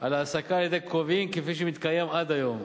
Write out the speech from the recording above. על העסקה על-ידי קרובים, כפי שמתקיים עד היום.